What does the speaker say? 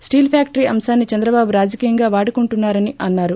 steel factory అంశాన్ని చంద్రబాబు రాజకీయంగా వాడుకుంటున్నారన్నారు